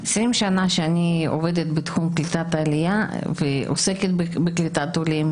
20 שנה שאני עובדת בתחום קליטת העלייה ועוסקת בקליטת עולים,